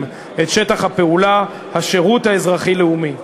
את שטח הפעולה השירות האזרחי-לאומי.